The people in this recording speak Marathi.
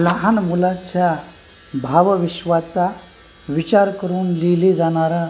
लहान मुलाच्या भावविश्वाचा विचार करून लिहिलं जाणारं